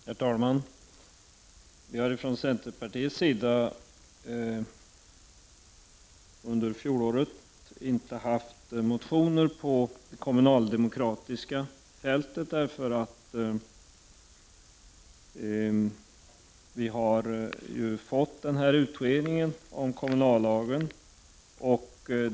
Herr talman! Från centerpartiets sida har det under fjolåret inte väckts några motioner på det kommunaldemokratiska fältet, därför att vi nu har fått en utredning om kommunallagen.